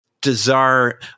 Desire